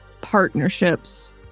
partnerships